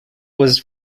was